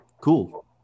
cool